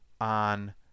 on